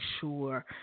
sure –